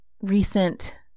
recent